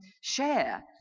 share